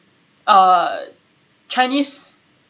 uh chinese